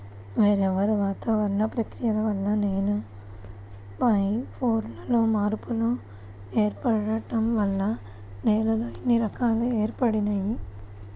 వేర్వేరు వాతావరణ ప్రక్రియల వల్ల నేల పైపొరల్లో మార్పులు ఏర్పడటం వల్ల నేలల్లో ఇన్ని రకాలు ఏర్పడినియ్యి